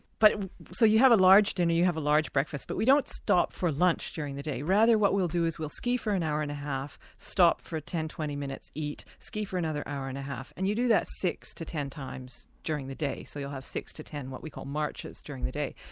but so you have a large dinner, you have a large breakfast, but we don't stop for lunch during the day, rather what we'll do is we'll ski for an hour and a half, stop for ten, twenty minutes eat, ski for another hour and a half, and you do that six to ten times during the day, so you'll have six to ten what we call marches during the day.